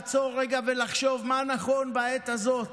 יש לעצור רגע ולחשוב מה נכון בעת הזאת.